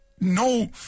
no